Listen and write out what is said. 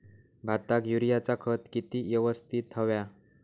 भाताक युरियाचा खत किती यवस्तित हव्या?